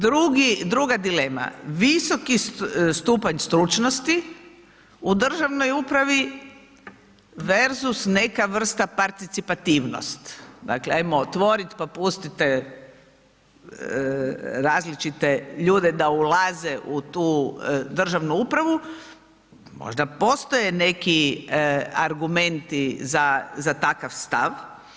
Druga dilema, visoki stupanj stručnosti u državnoj upravi verzus neka vrsta participativnost, dakle, ajmo otvorit, pa pustite različite ljude da ulaze u tu državnu upravu, možda postoje neki argumenti za takav stav.